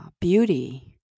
beauty